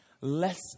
less